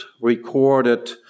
recorded